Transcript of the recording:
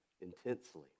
intensely